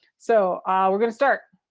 so we're gonna start.